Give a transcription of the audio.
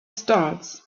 stalls